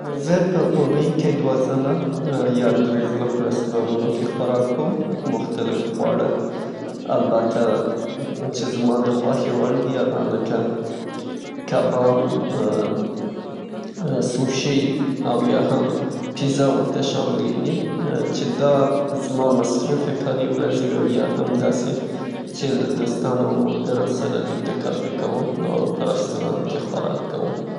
زه په اونی که دوه ځله یا دری ځله په رسټورانونو کې خوراک کوم، مختلف خواړه ، البته چه زما دخوښې وړ دي هغه لکه کبان، ام سوشي او یا هم پیزا ورته شاملیږي چه دا زما مصروفه کاري ورځې وي او یا داسې چه له دوستانو او ملګرو سره لیده کاته کوم په رستورانت کې خوراک کوم.